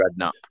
Redknapp